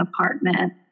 apartment